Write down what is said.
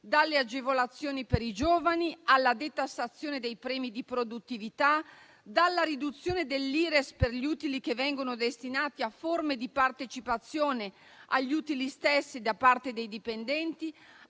dalle agevolazioni per i giovani alla detassazione dei premi di produttività, dalla riduzione dell'Ires per gli utili che vengono destinati a forme di partecipazione agli utili stessi da parte dei dipendenti,